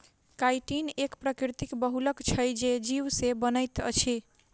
chitin एक प्राकृतिक बहुलक छै जे जीव से बनैत अछि